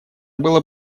было